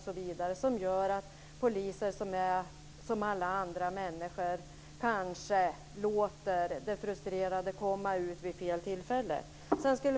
Sådant gör ju att poliser, som är som alla andra människor, kanske låter det frustrerade komma ut vid fel tillfälle.